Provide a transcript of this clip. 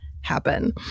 happen